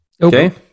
Okay